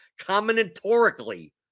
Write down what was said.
combinatorically